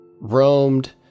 roamed